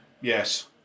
Yes